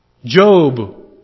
Job